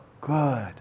Good